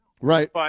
Right